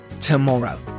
tomorrow